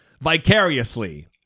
vicariously